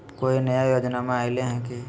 कोइ नया योजनामा आइले की?